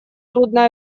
трудно